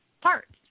parts